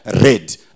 read